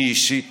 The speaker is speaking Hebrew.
אני אישית